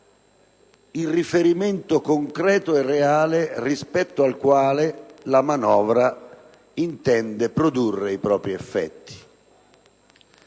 il riferimento concreto e reale rispetto al quale la manovra intende produrre i propri effetti.